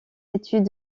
études